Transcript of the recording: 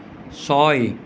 ছয়